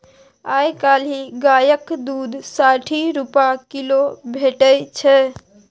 आइ काल्हि गायक दुध साठि रुपा किलो भेटै छै